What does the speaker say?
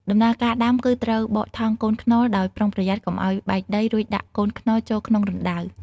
ដំណើរការដាំគឺត្រូវបកថង់កូនខ្នុរដោយប្រុងប្រយ័ត្នកុំឲ្យបែកដី រួចដាក់កូនខ្នុរចូលក្នុងរណ្តៅ។